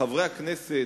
חברי הכנסת,